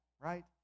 right